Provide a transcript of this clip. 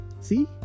See